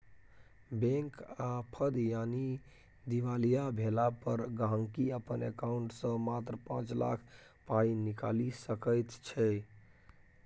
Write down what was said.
bank आफद यानी दिवालिया भेला पर गांहिकी अपन एकांउंट सँ मात्र पाँच लाख पाइ निकालि सकैत छै